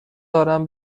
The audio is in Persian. دارم